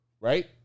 Right